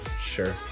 Sure